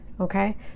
okay